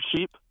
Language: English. sheep